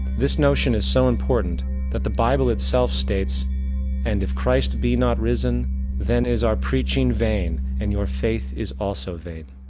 this notion is so important that the bible itself states and if christ be not risen then is our preaching vain and your faith is also vain